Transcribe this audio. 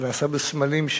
שנעשה בסמלים,